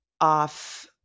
off